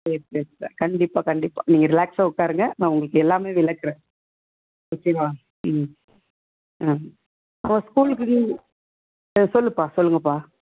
S yes கண்டிப்பாக கண்டிப்பாக நீங்கள் ரிலாக்ஸாக உக்காருங்க நான் உங்களுக்கு எல்லாமே விளக்குகிறேன் ஓகேவா ம் ஆ நம்ம ஸ்கூலுக்கு அ சொல்லுப்பா சொல்லுங்கப்பா